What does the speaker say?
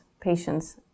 patients